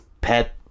pet